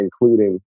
including